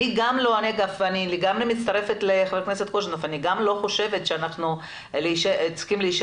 זו נקודה שאנחנו כן רוצים לדון עליה יחד